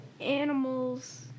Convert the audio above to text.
animals